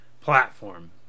platform